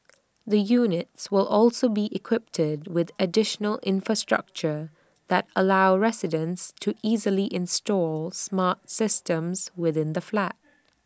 the units will also be equipped with additional infrastructure that allow residents to easily install smart systems within the flat